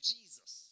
Jesus